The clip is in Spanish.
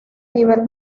nivel